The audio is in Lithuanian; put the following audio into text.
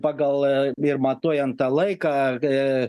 pagal ir matuojant tą laiką ė